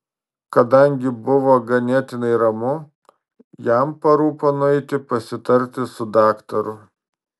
kadangi buvo ganėtinai ramu jam parūpo nueiti pasitarti su daktaru